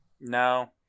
No